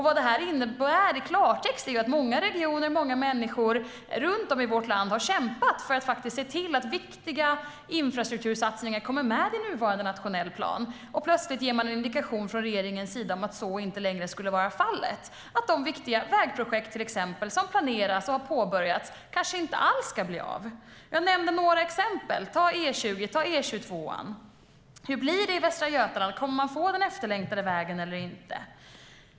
Vad detta innebär i klartext är att många regioner och många människor runt om i vårt land har kämpat för att se till att viktiga infrastruktursatsningar kommer med i nuvarande nationell plan, och plötsligt ger nu regeringen en indikation om att så inte längre skulle vara fallet och att till exempel de viktiga vägprojekt som planeras och har påbörjats kanske inte alls ska bli av. Jag nämnde några exempel - ta E20 och E22:an. Hur blir det i Västra Götaland? Kommer man att få den efterlängtade vägen eller inte?